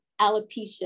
alopecia